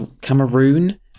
cameroon